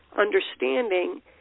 understanding